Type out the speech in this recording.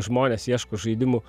žmonės ieško žaidimų